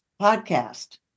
podcast